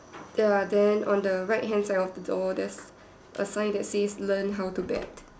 ya then on the right hand side of the door there's a sign that says learn how to bet